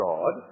God